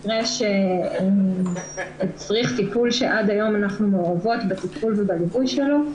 מקרה שהצריך טיפול שעד היום אנחנו מעורבות בטיפול ובליווי שלו,